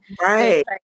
right